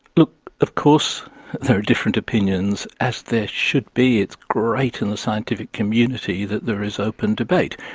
look, of course there are different opinions, as there should be, it's great in the scientific community that there is open debate.